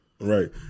right